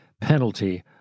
penalty